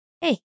Hey